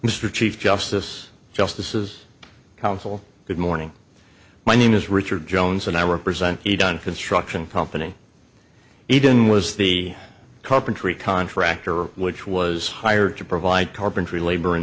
mr chief justice justices counsel good morning my name is richard jones and i represent a done construction company eden was the carpentry contractor which was hired to provide carpentry labor